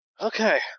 Okay